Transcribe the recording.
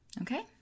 Okay